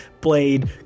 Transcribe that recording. blade